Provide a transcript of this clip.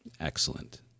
excellent